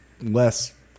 less